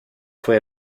fue